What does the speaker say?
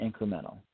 incremental